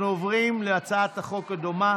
אנחנו עוברים להצעת חוק דומה.